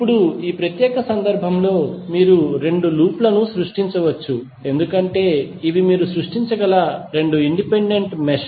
ఇప్పుడు ఈ ప్రత్యేక సందర్భంలో మీరు రెండు లూప్ లను సృష్టించవచ్చు ఎందుకంటే ఇవి మీరు సృష్టించగల రెండు ఇండిపెండెంట్ మెష్